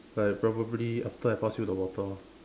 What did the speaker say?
I probably after I pass you the water